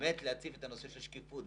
להציב את הנושא של השקיפות.